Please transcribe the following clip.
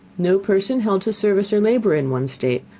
no person held to service or labor in one state,